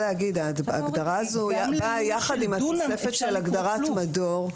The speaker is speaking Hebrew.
ההגדרה הזו באה יחד עם התוספת של הגדרת מדור.